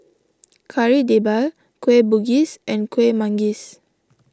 Kari Debal Kueh Bugis and Kueh Manggis